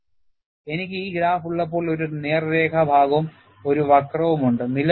അതിനാൽ എനിക്ക് ഈ ഗ്രാഫ് ഉള്ളപ്പോൾ ഒരു നേർരേഖ ഭാഗവും ഒരു വക്രവുമുണ്ട്